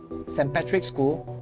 saint patrick's school